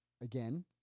Again